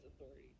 authority